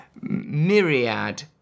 myriad